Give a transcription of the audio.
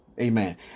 Amen